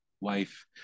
wife